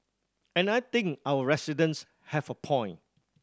and I think our residents have a point